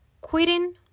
quitting